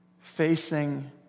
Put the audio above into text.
facing